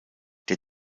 der